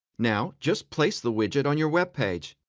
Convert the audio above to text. now just place the widget on your webpage.